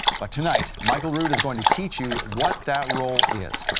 but tonight, michael rood is going to teach you what that role is,